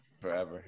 Forever